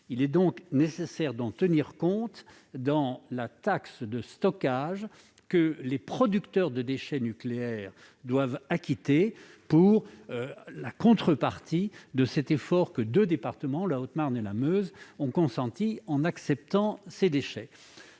Il est donc nécessaire d'en tenir compte dans la taxe de stockage que les producteurs de déchets nucléaires doivent acquitter en contrepartie de cet effort que deux départements, la Haute-Marne et la Meuse, ont consenti en acceptant ces déchets.